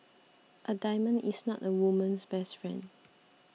a diamond is not a woman's best friend